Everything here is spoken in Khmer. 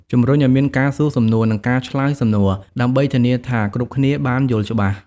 ជំរុញឲ្យមានការសួរសំណួរ និងការឆ្លើយសំណួរ ដើម្បីធានាថាគ្រប់គ្នាបានយល់ច្បាស់។